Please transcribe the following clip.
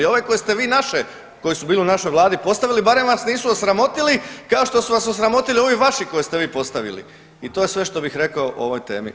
Ove koje ste vi naše, koji su bili u našoj vladi postavili barem vas nisu osramotili kao što su vas osramotili ovi vaši koje ste vi postavili i to je sve što bih rekao o ovoj temi.